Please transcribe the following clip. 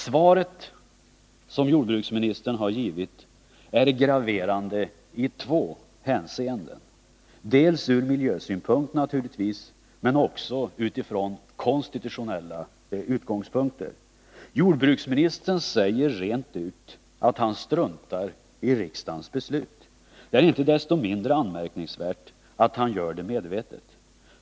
Svaret som jordbruksministern har givit är graverande i två avseenden: dels ur miljösynpunkt, naturligtvis, dels utifrån konstitutionella utgångspunkter. Jordbruksministern säger rent ut att han struntar i riksdagens beslut. Det är inte desto mindre anmärkningsvärt att han gör det medvetet.